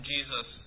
Jesus